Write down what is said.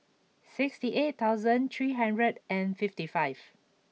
sixty eight thousand three hundred and fifty five